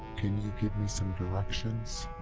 can you give me some directions?